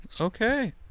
okay